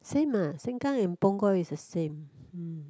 same ah Sengkang and Punggol is the same hmm